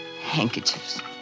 Handkerchiefs